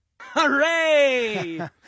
Hooray